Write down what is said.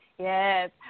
Yes